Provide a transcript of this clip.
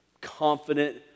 confident